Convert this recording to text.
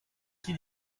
qui